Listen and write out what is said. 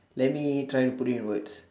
let me try to put it in words